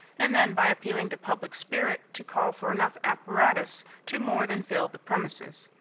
and then by appealing to public spirit to call for enough apparatus to more than fill the premises,